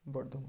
Bardhaman